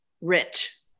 rich